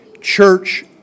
church